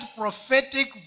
prophetic